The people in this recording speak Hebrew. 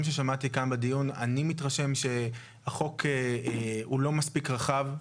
ששמעתי כאן בדיון שהחוק לא מספיק רחב,